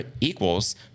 equals